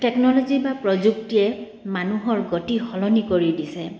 technology বা প্ৰযুক্তিয়ে মানুহৰ গতি সলনি কৰি দিছে